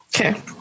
Okay